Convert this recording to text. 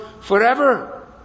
forever